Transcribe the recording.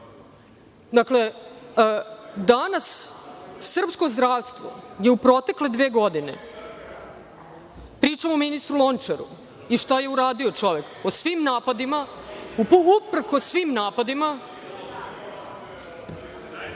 Evropi. Dakle, danas srpsko zdravstvo je u protekle dve godine, pričam o ministru Lončaru i šta je uradio čovek, o svim napadima, uprkos svim napadima…(Narodni